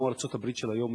כמו ארצות-הברית של היום,